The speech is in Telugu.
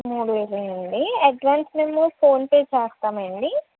మూడు వేలండి అడ్వాన్స్ మేము ఫోన్ పే చేస్తామండి